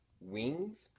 wings